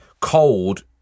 Cold